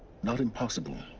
not impossible